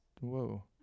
whoa